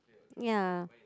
ya